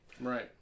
Right